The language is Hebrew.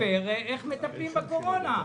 שיסתכל בספר איך מטפלים בקורונה.